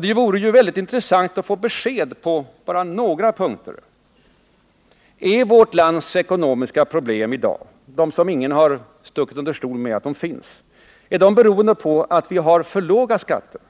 Det vore väldigt intressant att få besked på bara några punkter: Är vårt lands ekonomiska problem i dag som ingen har stuckit under stol med att de finns — beroende på att vi har för låga skatter?